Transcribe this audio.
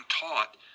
taught